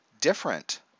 different